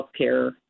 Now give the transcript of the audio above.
healthcare